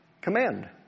command